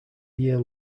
year